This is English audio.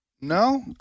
no